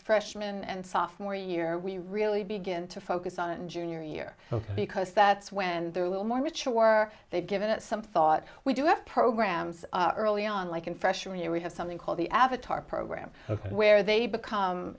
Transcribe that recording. freshman and sophomore year we really begin to focus on junior year because that's when they're a little more mature they've given it some thought we do have programs are early on like in freshman year we have something called the avatar program where they become